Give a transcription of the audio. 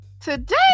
today